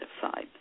side